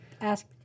ask